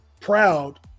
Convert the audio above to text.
proud